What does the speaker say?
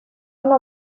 una